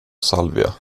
salvia